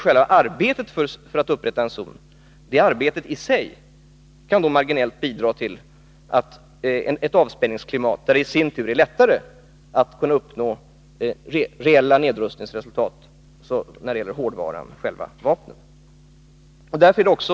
Själva arbetet för att upprätta en zon kan då i sig marginellt bidra till ett avspänningsklimat, där det i sin tur är lättare att uppnå reella nedrustningsresultat när det gäller hårdvaran, själva vapnen.